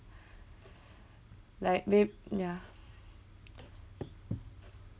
like mayb~ ya